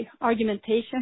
argumentation